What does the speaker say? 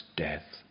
death